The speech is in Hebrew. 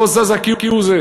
לא זזה כהוא-זה.